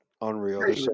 unreal